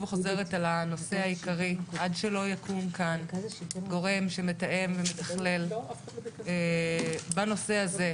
חוזרת על הנושא העיקרי: עד שלא יקום כאן גורם שמתאם ומתכלל בנושא הזה,